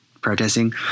protesting